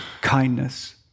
kindness